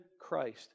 Christ